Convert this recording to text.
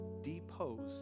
deposed